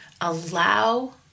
Allow